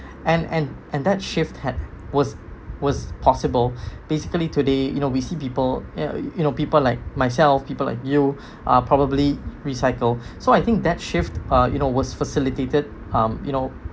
and and and that shift had was was possible basically today you know we see people you know people like myself people like you uh probably recycle so I think that shift uh you know was facilitated um you know